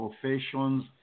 professions